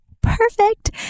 perfect